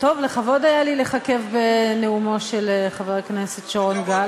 לכבוד היה לי לככב בנאומו של חבר הכנסת שרון גל.